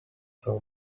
saw